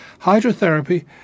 Hydrotherapy